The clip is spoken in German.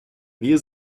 wir